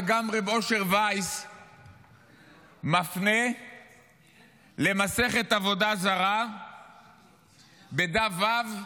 וגם הרב אשר וייס מפנה למסכת עבודה זרה בדף ו'